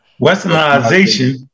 Westernization